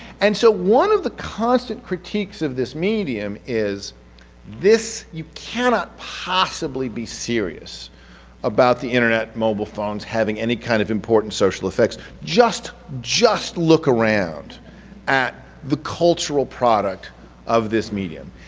and so one of the constant critiques of this medium is this, you cannot possibly be serious about the internet, mobile phones having any kind of important social effects. just just look around at the cultural product of this medium.